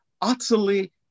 utterly